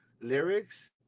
lyrics